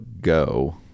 Go